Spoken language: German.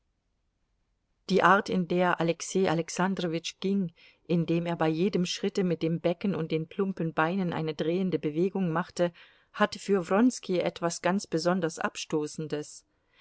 die art in der alexei alexandrowitsch ging indem er bei jedem schritte mit dem becken und den plumpen beinen eine drehende bewegung machte hatte für wronski etwas ganz besonders abstoßendes